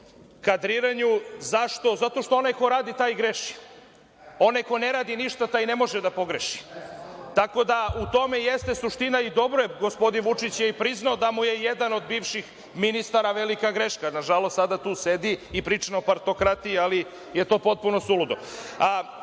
kadriranju. Zašto? Zato što onaj ko radi taj i greši. Onaj ko ne radi ništa taj ne može da pogreši. Tako da u tome jeste suština i dobro je, gospodin Vučić je i priznao da mu je jedan od bivših ministara velika greška. Nažalost, sada tu sedi i priča o partokratiji, ali je to potpuno suludo. Ovde